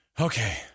okay